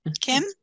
Kim